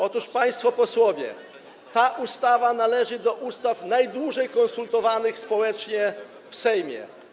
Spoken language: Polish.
Otóż, państwo posłowie, ta ustawa należy do ustaw najdłużej konsultowanych społecznie w Sejmie.